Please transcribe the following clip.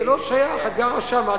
זה לא שייך, את גרה שם.